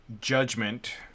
Judgment